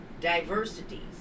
Diversities